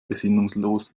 besinnungslos